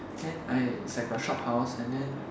then I it's was like a shop house